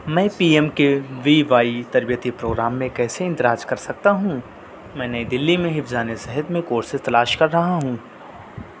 میں P M K V Y تربیتی programme میں کیسے اندراج کر سکتا ہوں میں نئی دہلی میں حفظان صحت میں کورسز تلاش کر رہا ہوں